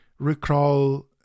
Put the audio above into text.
recrawl